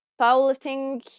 powerlifting